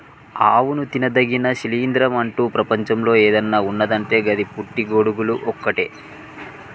అవును తినదగిన శిలీంద్రం అంటు ప్రపంచంలో ఏదన్న ఉన్నదంటే గది పుట్టి గొడుగులు ఒక్కటే